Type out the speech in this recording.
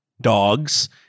dogs